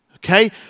Okay